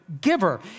giver